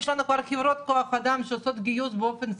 יש לנו כבר חברות כוח אדם שעושות גיוס באופן סדיר.